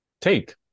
take